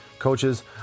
Coaches